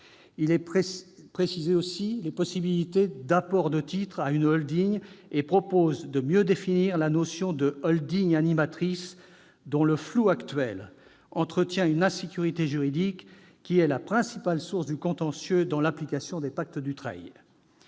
Il précise aussi les possibilités d'apport de titres à une et prévoit de mieux définir la notion de animatrice, dont le flou actuel entretient une insécurité juridique qui est la principale source du contentieux dans l'application des pactes Dutreil.